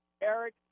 Eric